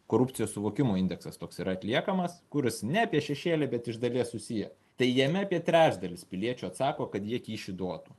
korupcijos suvokimo indeksas toks yra atliekamas kuris ne apie šešėlį bet iš dalies susiję tai jame apie trečdalis piliečių atsako kad jie kyšį duotų